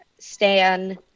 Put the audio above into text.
stan